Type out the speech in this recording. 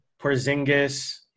Porzingis